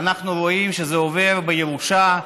ואנחנו רואים שזה עובר בירושה,